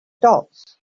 dots